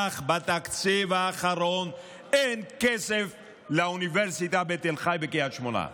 אך בתקציב האחרון אין כסף לאוניברסיטה בתל חי ובקריית שמונה.